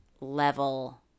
level